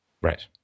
Right